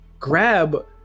grab